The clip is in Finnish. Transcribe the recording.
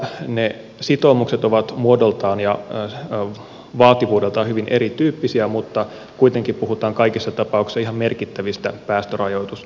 ne sitoumukset ovat muodoltaan ja vaativuudeltaan hyvin erityyppisiä mutta kuitenkin puhutaan kaikissa tapauksissa ihan merkittävistä päästörajoitussitoumuksista